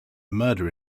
murder